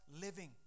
living